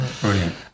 Brilliant